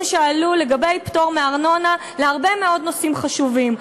שעלו לגבי פטור מארנונה להרבה מאוד נושאים חשובים,